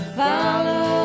follow